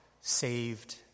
saved